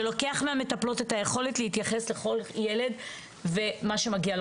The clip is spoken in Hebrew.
שלוקח מהמטפלות את היכולת להתייחס לכל ילד ומה שמגיע לו.